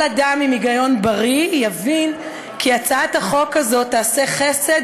כל אדם עם היגיון בריא יבין כי הצעת החוק הזו תעשה חסד